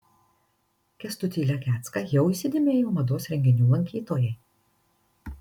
kęstutį lekecką jau įsidėmėjo mados renginių lankytojai